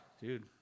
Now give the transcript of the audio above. Dude